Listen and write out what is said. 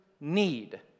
need